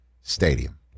Stadium